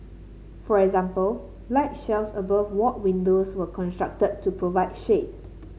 for example light shelves above ward windows were constructed to provide shade